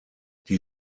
die